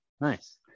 Nice